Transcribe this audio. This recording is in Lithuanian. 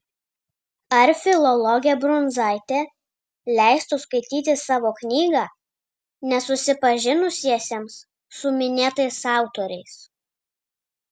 ar filologė brundzaitė leistų skaityti savo knygą nesusipažinusiesiems su minėtais autoriais